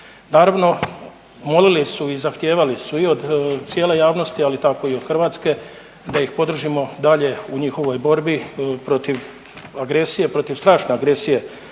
Naravno molili su i zahtijevali su i od cijele javnosti, ali tako i od hrvatske da ih podržimo dalje u njihovoj borbi protiv agresije, protiv strašne agresije koju